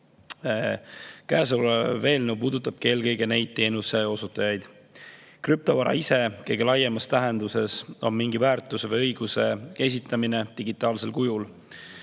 Käesolev eelnõu puudutabki eelkõige neid teenuseosutajaid. Krüptovara ise on kõige laiemas tähenduses mingi väärtuse või õiguste esitamine digitaalsel kujul.